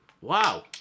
wow